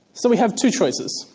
so we have two choices.